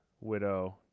widow